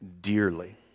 dearly